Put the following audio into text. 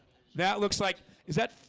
that looks like is that